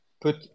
put